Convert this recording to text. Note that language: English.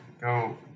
go